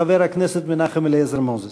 חבר הכנסת מנחם אליעזר מוזס.